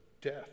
death